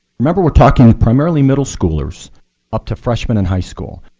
remember, we're talking primarily middle schoolers up to freshman in high school.